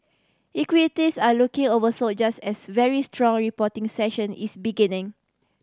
equities are looking oversold just as very strong reporting session is beginning